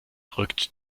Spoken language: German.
rückt